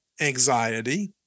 anxiety